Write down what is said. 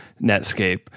Netscape